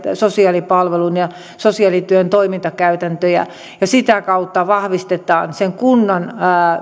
sosiaalipalvelun ja sosiaalityön toimintakäytäntöjä ja sitä kautta vahvistetaan sen kunnan